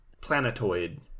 planetoid